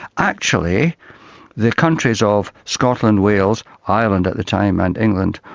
actually the countries of scotland, wales, ireland at the time, and england,